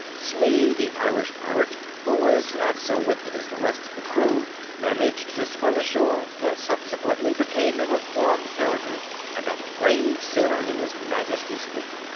smee, the irish pirate, who was not so wicked as the rest of the crew, managed to swim ashore, and subsequently became a reformed character and a brave sailor in his majesty's fleet.